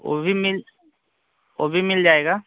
ओ भी मिल ओ भी मिल जाएगा